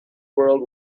world